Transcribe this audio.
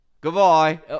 Goodbye